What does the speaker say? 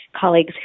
colleagues